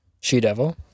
She-Devil